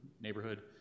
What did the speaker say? neighborhood